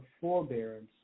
forbearance